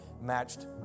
matched